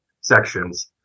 sections